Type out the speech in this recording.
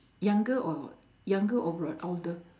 younger or younger or br~ older